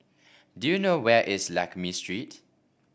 do you know where is Lakme Street